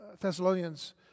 Thessalonians